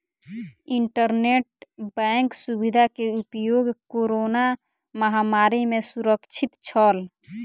internet bank सुविधा के उपयोग कोरोना महामारी में सुरक्षित छल